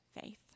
faith